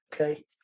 Okay